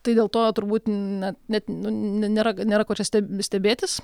tai dėl to turbūt na net nėra nėra ko čia ste stebėtis